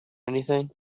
anything